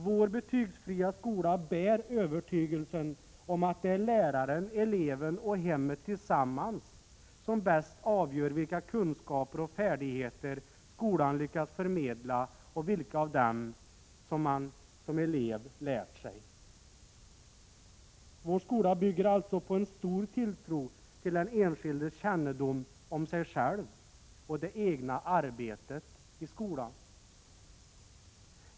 Vår betygsfria skola bygger på övertygelsen att det är läraren, eleven och hemmet tillsammans som bäst avgör vilka kunskaper och färdigheter skolan lyckats förmedla och vilka eleven har lärt sig. Vår skola bygger alltså på en stor tilltro till den enskildes kännedom om sig själv och det egna arbetet i skolan.